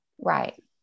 Right